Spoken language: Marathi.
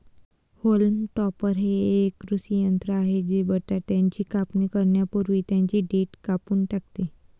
होल्म टॉपर हे एक कृषी यंत्र आहे जे बटाट्याची कापणी करण्यापूर्वी त्यांची देठ कापून टाकते